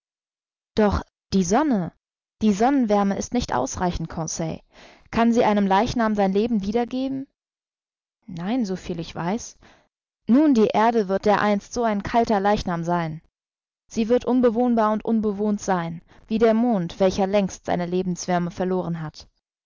doch die sonne die sonnenwärme ist nicht ausreichend conseil kann sie einem leichnam sein leben wieder geben nein so viel ich weiß nun die erde wird dereinst so ein kalter leichnam sein sie wird unbewohnbar und unbewohnt sein wie der mond welcher längst seine lebenswärme verloren hat